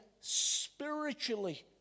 spiritually